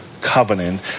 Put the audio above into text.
covenant